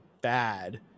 bad